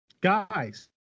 guys